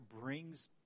brings